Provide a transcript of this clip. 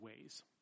ways